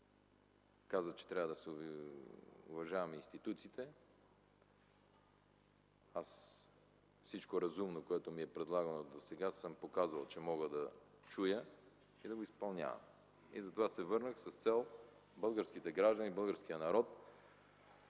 каза, че трябва да си уважаваме институциите. Всичко разумно, което ми е предлагано досега, съм показал, че мога да чуя и да го изпълнявам. Затова се върнах – с цел българските граждани, българският народ